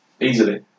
easily